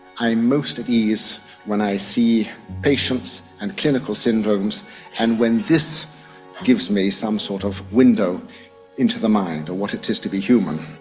i am most at ease when i see patients and clinical syndromes and when this gives me some sort of window into the mind or what it is to be human.